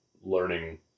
learning